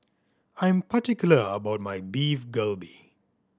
I am particular about my Beef Galbi